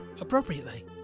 appropriately